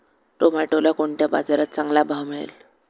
टोमॅटोला कोणत्या बाजारात चांगला भाव मिळेल?